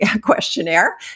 questionnaire